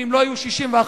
ואם לא יהיו 61,